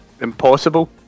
Impossible